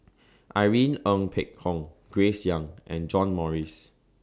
Irene Ng Phek Hoong Grace Young and John Morrice